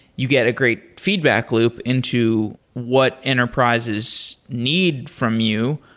you get a great feedback loop into what enterprises need from you,